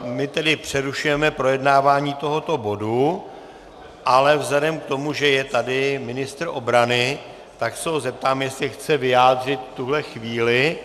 My tedy přerušujeme projednávání tohoto bodu, ale vzhledem k tomu, že je tady ministr obrany, tak se ho zeptám, jestli se chce vyjádřit v tuhle chvíli.